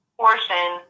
portion